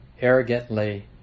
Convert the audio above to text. arrogantly